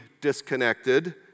disconnected